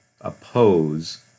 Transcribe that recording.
oppose